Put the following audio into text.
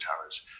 towers